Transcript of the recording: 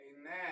Amen